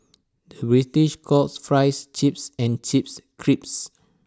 the British calls Fries Chips and Chips Crisps